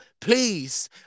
Please